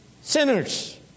sinners